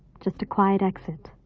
just a quiet exit.